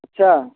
अच्छा